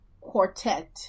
quartet